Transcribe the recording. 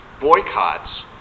boycotts